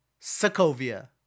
Sokovia